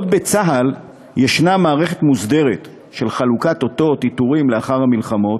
בעוד בצה"ל יש מערכת מוסדרת של חלוקת אותות ועיטורים לאחר מלחמות,